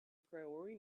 priori